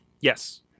Yes